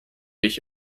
ich